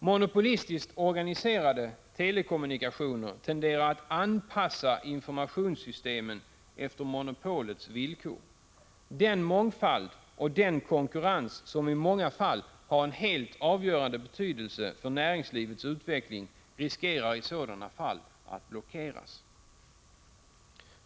Monopolistiskt organiserade telekommunikationer tenderar att anpassa informationssystemen efter monopolets villkor. Den mångfald och den konkurrens som i många fall har en avgörande betydelse för näringslivets utveckling riskerar att i sådana fall blockeras.